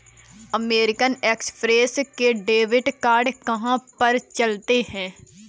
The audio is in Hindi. अमेरिकन एक्स्प्रेस के डेबिट कार्ड कहाँ पर चलते हैं?